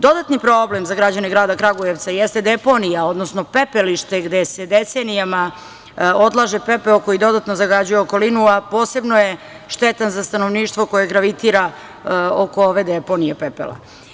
Dodani problem za građane grada Kragujevca jeste deponija, odnosno pepelište gde se decenijama odlaže pepeo koji dodatno zagađuje okolinu, a posebno je štetan za stanovništvo koje gravitira oko ove deponije pepela.